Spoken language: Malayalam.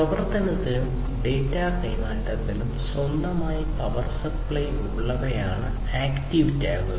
പ്രവർത്തനത്തിനും ഡാറ്റ കൈമാറ്റത്തിനും സ്വന്തമായി പവർ സപ്ലൈ ഉള്ളവയാണ് ആക്റ്റീവ് ടാഗുകൾ